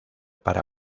para